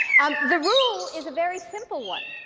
um the rule is a very simple one.